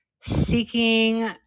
seeking